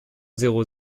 zéro